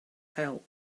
help